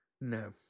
No